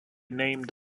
named